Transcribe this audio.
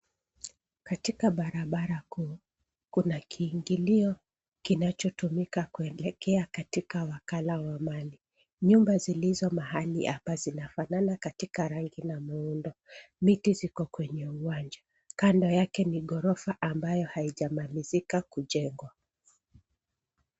Katika barabara kuu, kuna kiingilio kinachotumika kuelekea katika wakala wa mali. Nyumba zilizo mahali hapa zinafanana katika rangi na muundo. Miti ziko kwenye uwanja. Kando yake ni ghorofa ambayo haijamalizika kujengwa.